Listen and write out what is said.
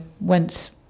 went